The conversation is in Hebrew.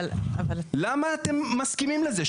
למה אתם מסכימים לזה?